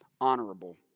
honorable